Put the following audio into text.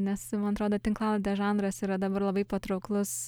nes man atrodo tinklalaidės žanras yra dabar labai patrauklus